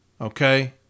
Okay